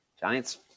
Giants